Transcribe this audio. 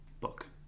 book